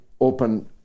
open